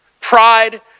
pride